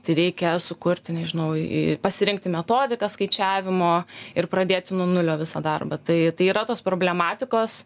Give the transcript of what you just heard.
tai reikia sukurti nežinau į pasirinkti metodiką skaičiavimo ir pradėti nuo nulio visą darbą tai tai yra tos problematikos